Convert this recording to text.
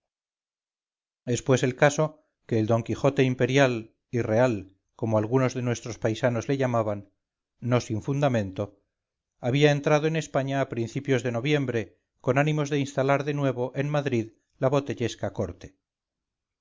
pues el caso que el d quijote imperial y real como algunos de nuestros paisanos le llamaban no sin fundamento había entrado en españa a principios de noviembre con ánimos de instalar de nuevo en madrid la botellesca corte